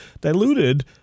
diluted